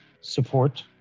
support